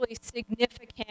significant